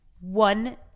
one